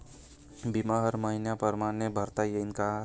बिमा हर मइन्या परमाने भरता येऊन का?